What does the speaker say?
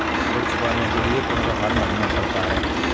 ऋण चुकाने के लिए कौन सा फॉर्म भरना पड़ता है?